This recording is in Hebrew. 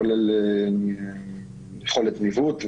כולל יכולת ניווט,